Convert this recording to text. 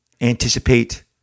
anticipate